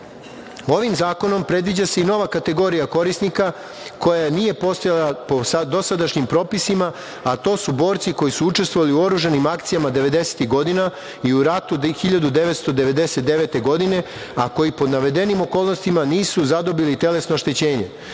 zakonom predviđa se i nova kategorija korisnika koja nije postojala po dosadašnjim propisima, a to su borci koji su učestvovali u oružanim akcijama 90-ih godina i u ratu 1999. godine, a koji pod navedenim okolnostima nisu zadobili telesno oštećenje.